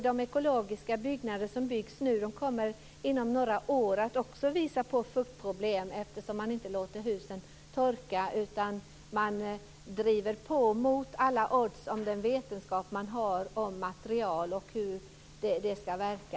De ekologiska byggnader som byggs nu kommer inom några år att också visa på fuktproblem, eftersom man inte låter husen torka utan driver på mot alla odds om den vetenskap man har om material och hur de skall verka.